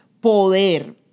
poder